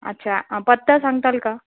अच्छा पत्ता सांगता का